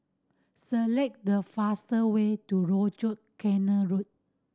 select the fastest way to Rochor Canal Road